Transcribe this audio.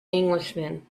englishman